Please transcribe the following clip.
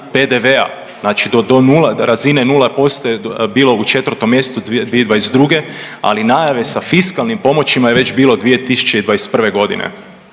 PDV-a, znači do nule, do razine nula posto je bilo u 4 mjesecu 2022. Ali najave sa fiskalnim pomoćima je već bilo 2021. godine.